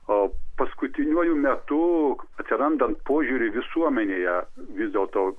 o paskutiniuoju metu atsirandant požiūriui visuomenėje vis dėl to